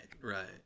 right